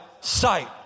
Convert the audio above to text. sight